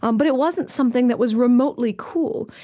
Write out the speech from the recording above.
um but it wasn't something that was remotely cool.